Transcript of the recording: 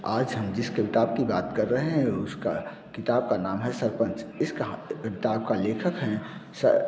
आज हम जिस किताब कि बात कर रहे हैं उसका किताब का नाम है सरपंच इस कहा किताब के लेखक हैं सर